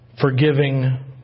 forgiving